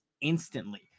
instantly